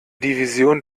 division